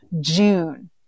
June